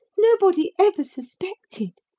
nobody ever suspected.